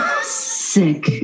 Sick